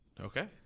okay